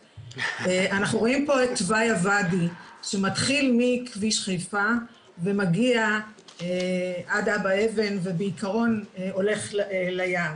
תוואי הוואדי שמתחיל מכביש חיפה ומגיע עד אבא אבן ובעקרון הולך לים.